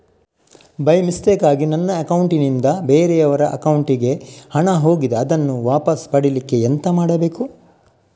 By ಮಿಸ್ಟೇಕಾಗಿ ನನ್ನ account ನಿಂದ ಬೇರೆಯವರ ಅಕೌಂಟ್ ಗೆ ಹಣ ಹೋಗಿದೆ ಅದನ್ನು ವಾಪಸ್ ಪಡಿಲಿಕ್ಕೆ ಎಂತ ಮಾಡಬೇಕು?